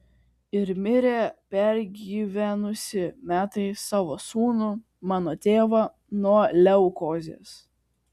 ir mirė pergyvenusi metais savo sūnų mano tėvą nuo leukozės